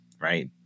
right